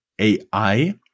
AI